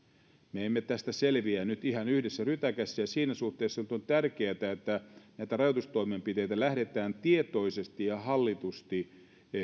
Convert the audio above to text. me emme tästä selviä ihan yhdessä rytäkässä ja siinä suhteessa nyt on tärkeätä että näitä rajoitustoimenpiteitä lähdetään tietoisesti ja hallitusti